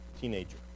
teenager